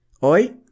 hoy